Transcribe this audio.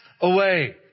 away